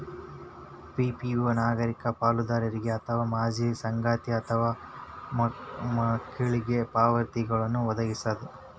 PPO ನಾಗರಿಕ ಪಾಲುದಾರರಿಗೆ ಅಥವಾ ಮಾಜಿ ಸಂಗಾತಿಗೆ ಅಥವಾ ಮಕ್ಳಿಗೆ ಪಾವತಿಗಳ್ನ್ ವದಗಿಸ್ತದ